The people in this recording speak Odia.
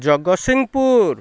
ଜଗତସିଂହପୁର